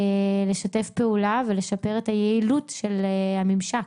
לשתף פעולה ולשפר את היעילות של הממשק.